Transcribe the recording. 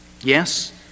Yes